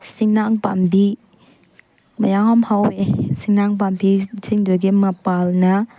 ꯁꯤꯡꯅꯥꯡ ꯄꯥꯝꯕꯤ ꯃꯌꯥꯝ ꯍꯧꯑꯦ ꯁꯤꯡꯅꯥꯡ ꯄꯥꯝꯕꯤꯁꯤꯡꯗꯨꯒꯤ ꯃꯄꯥꯟꯅ